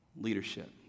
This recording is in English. leadership